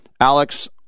Alex